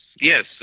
Yes